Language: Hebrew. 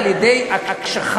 מכיוון שהתופעה הזאת קיימת,